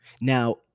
Now